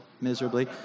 miserably